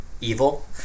evil